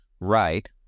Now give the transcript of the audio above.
right